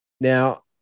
Now